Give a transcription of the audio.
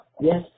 yes